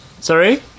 sorry